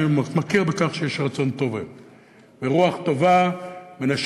אני מכיר בכך שיש רצון טוב היום ושרוח טובה מנשבת